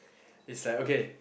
is like okay